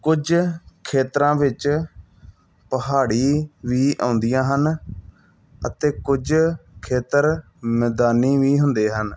ਕੁਝ ਖੇਤਰਾਂ ਵਿੱਚ ਪਹਾੜੀ ਵੀ ਆਉਂਦੀਆਂ ਹਨ ਅਤੇ ਕੁਝ ਖੇਤਰ ਮੈਦਾਨੀ ਵੀ ਹੁੰਦੇ ਹਨ